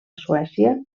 suècia